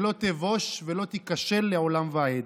שלא תבוש ולא תיכשל לעולם ועד.